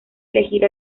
elegir